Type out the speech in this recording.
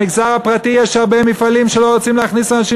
במגזר הפרטי יש הרבה מפעלים שלא רוצים להכניס אנשים